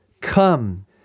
Come